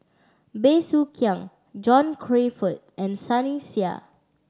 Bey Soo Khiang John Crawfurd and Sunny Sia